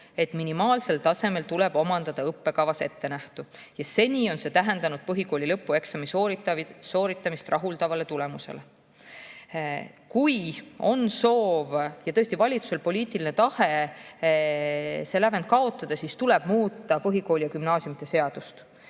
et minimaalsel tasemel tuleb omandada õppekavas ettenähtu. Seni on see tähendanud põhikooli lõpueksami sooritamist rahuldava tulemusega. Kui on soov ja valitsusel on tõesti poliitiline tahe see lävend kaotada, siis tuleb muuta põhikooli‑ ja gümnaasiumiseadust.